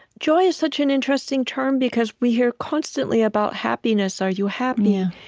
joy is such an interesting term, because we hear constantly about happiness, are you happy?